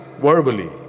verbally